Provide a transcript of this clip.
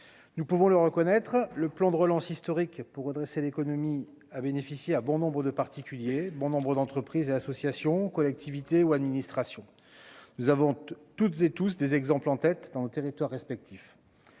nous pouvons le reconnaître, le plan de relance historique pour redresser l'économie a bénéficié à bon nombre de particuliers, bon nombre d'entreprises et associations, collectivités ou administrations nous avons toutes et tous des exemples en tête dans le territoire respectif